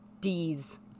D's